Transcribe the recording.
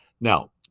Now